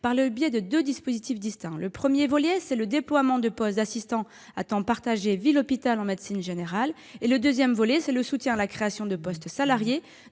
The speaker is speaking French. par le biais de deux dispositifs distincts. Le premier volet concerne le déploiement de postes d'assistants à temps partagé entre la ville et l'hôpital en médecine générale. Quant au deuxième volet, il vise à soutenir la création de postes salariés